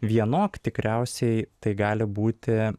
vienok tikriausiai tai gali būti